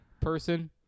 person